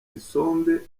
isombe